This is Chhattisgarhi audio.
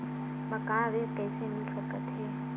मकान ऋण कइसे मिल सकथे?